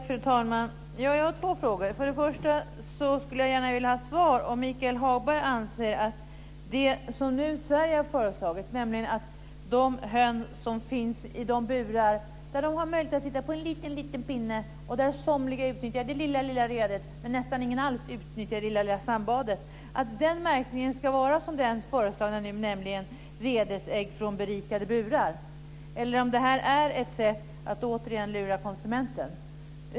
Fru talman! Jag har två frågor. Jag skulle gärna vilja ha svar på frågan om Michael Hagberg anser att märkningen av äggen från de höns som finns i burar där de har möjlighet att sitta på en liten, liten pinne, där somliga utnyttjar det lilla, lilla redet men nästan ingen alls utnyttjar det lilla, lilla sandbadet ska vara den av Sverige nu föreslagna, nämligen "redesägg från berikade burar". Eller är detta ett sätt att återigen lura konsumenten?